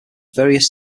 various